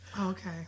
Okay